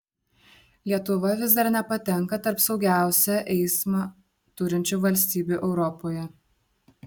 lietuva vis dar nepatenka tarp saugiausią eismą turinčių valstybių europoje